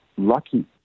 lucky